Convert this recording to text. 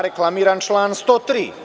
Reklamiram član 103.